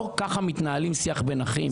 לא ככה מנהלים שיח בין אחים.